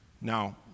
Now